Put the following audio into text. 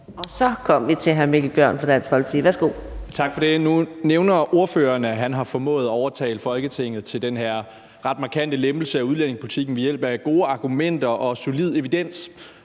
Værsgo. Kl. 18:20 Mikkel Bjørn (DF): Tak for det. Nu nævner ordføreren, at han har formået at overtale Folketinget til den her ret markante lempelse af udlændingepolitikken ved hjælp af gode argumenter og solid evidens,